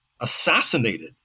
assassinated